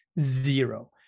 zero